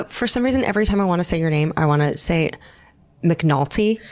but for some reason, every time i want to say your name, i want to say mcnallty.